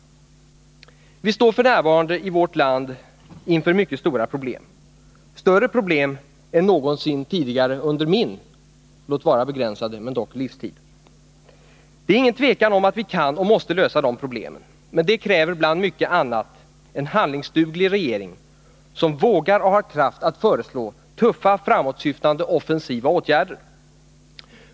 Vi står f. n. i vårt land inför mycket stora problem, större problem än någonsin tidigare under min — låt vara begränsade — livstid. Det råder inget tvivel om att vi kan och måste lösa de problemen. Men det kräver, bland mycket annat, en handlingsduglig regering som vågar och som har kraft att föreslå tuffa, framåtsyftande, offensiva åtgärder.